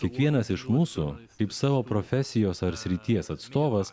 kiekvienas iš mūsų kaip savo profesijos ar srities atstovas